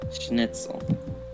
schnitzel